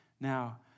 Now